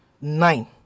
nine